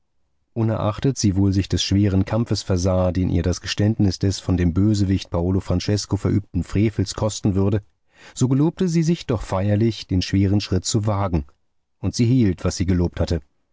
unerachtet sie wohl sich des schweren kampfes versah den ihr das geständnis des von dem bösewicht paolo francesko verübten frevels kosten würde so gelobte sie sich doch feierlich den schweren schritt zu wagen und sie hielt was sie gelobt hatte